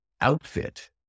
outfit